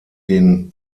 den